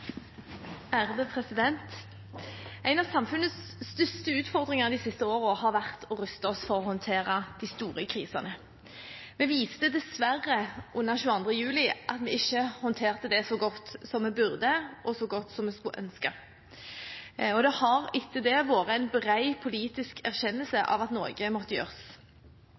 ruste oss for å håndtere de store krisene. Vi viste dessverre den 22. juli 2011 at vi ikke håndterte den krisen så godt som vi burde gjort og skulle ønsket vi hadde gjort. Det har etter det vært en bred politisk erkjennelse av at noe måtte gjøres.